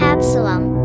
Absalom